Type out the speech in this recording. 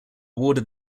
awarded